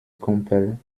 kumpel